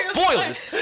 Spoilers